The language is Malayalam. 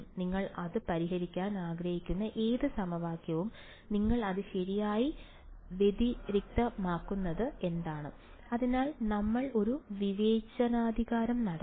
നിങ്ങൾ അത് പരിഹരിക്കാൻ ആഗ്രഹിക്കുന്ന ഏത് സമവാക്യവും നിങ്ങൾ അത് ശരിയായി വ്യതിരിക്തമാക്കുന്നത് എന്താണ് അതിനാൽ നമ്മൾ ഒരു വിവേചനാധികാരം നടത്തും